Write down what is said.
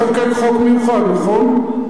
היית מחוקק חוק מיוחד, נכון?